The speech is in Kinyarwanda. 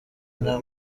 nta